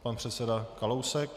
Pan předseda Kalousek.